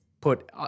put